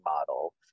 model